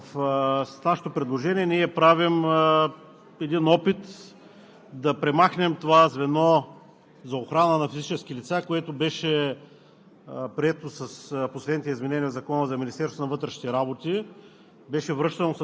Да припомня на колегите за какво иде реч. С нашето предложение правим опит да премахнем това звено за охрана на физически лица, което беше